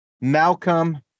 Malcolm